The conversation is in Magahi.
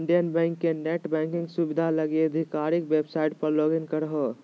इंडियन बैंक के नेट बैंकिंग सुविधा लगी आधिकारिक वेबसाइट पर लॉगिन करहो